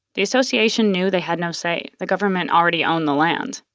the association knew they had no say, the government already owned the land.